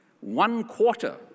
one-quarter